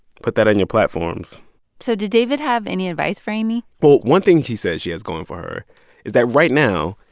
put that on your platforms so did david have any advice for amy? well, one thing she said she has going for her is that right now,